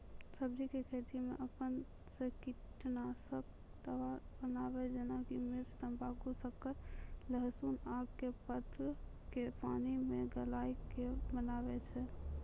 सब्जी के खेती मे अपन से कीटनासक दवा बनाबे जेना कि मिर्च तम्बाकू शक्कर लहसुन आक के पत्र के पानी मे गलाय के बनाबै छै?